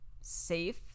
safe